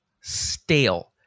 stale